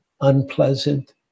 unpleasant